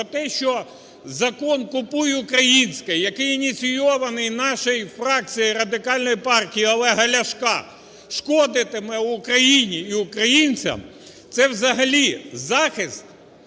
те, що Закон "Купуй українське", який ініційований нашою фракцією Радикальної партії Олега Ляшка, шкодитиме Україні і українцям. Це взагалі захист